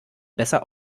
besser